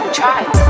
try